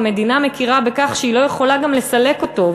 המדינה מכירה בכך שהיא לא יכולה גם לסלק אותו,